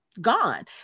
gone